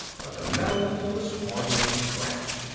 but the metal was hardly scratched.